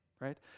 right